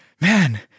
man